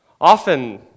Often